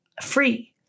free